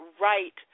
right